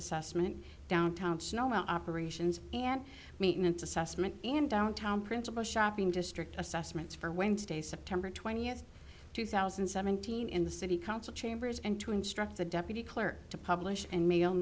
assessment downtown operations and maintenance assessment and downtown principal shopping district assessments for wednesday september twentieth two thousand and seventeen in the city council chambers and to instruct the deputy clerk to publish and mail